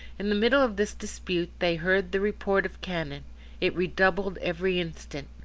in the middle of this dispute they heard the report of cannon it redoubled every instant.